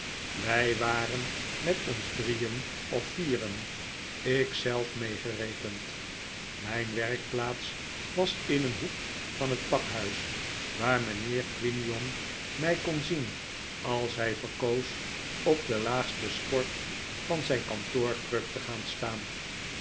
wij waren met ons drieen of vieren ik zelf meegerekend mijn werkplaats was in een hoek van het pakhuis waar mijnheer quinion mij kon zien als hij verkoos op de laagste sport van zijn kantoorkruk te gaan staan